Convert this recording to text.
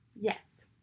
Yes